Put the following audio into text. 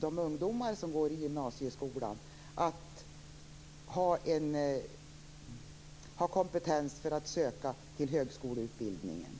de ungdomar som går i gymnasieskolan att ha kompetens för att söka till högskoleutbildningar.